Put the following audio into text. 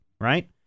right